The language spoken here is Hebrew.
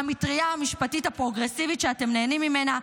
המטרייה המשפטית הפרוגרסיבית שאתם נהנים ממנה.